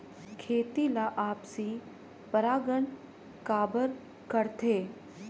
खेती ला आपसी परागण काबर करथे?